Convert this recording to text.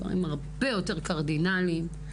דברים הרבה יותר קרדינליים.